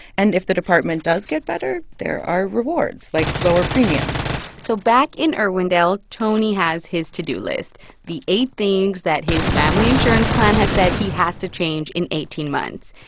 and if the department does get better, there are rewards, like lower premiums so back in irwindale, tony has his to-do list the eight things that his family insurance plan has said he has to change in eighteen months.